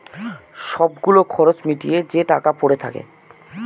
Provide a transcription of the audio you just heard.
সব গুলো খরচ মিটিয়ে যে টাকা পরে থাকে